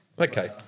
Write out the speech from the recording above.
Okay